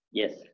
yes